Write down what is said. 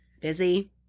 Busy